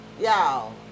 y'all